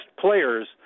players